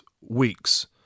weeks